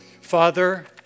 Father